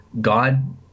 God